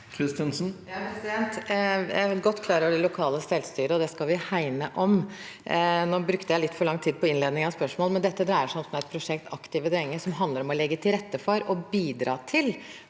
Kristensen (H) Jeg er godt klar over det lokale selvstyret, og det skal vi hegne om. Nå brukte jeg litt for lang tid på innledningen i spørsmålet, men dette dreier seg om prosjektet «Aktive drenge», som handler om å legge til rette for og bidra til